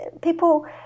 people